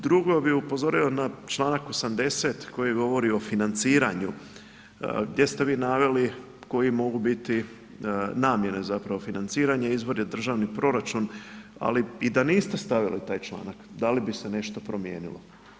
Drugo bih upozorio na članak 80. koji govori o financiranju, gdje ste vi naveli koje mogu biti namjene zapravo financiranja, izvor je državni proračun ali i da niste stavili taj članak, da li bi se nešto promijenilo?